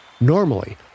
Normally